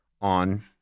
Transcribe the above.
on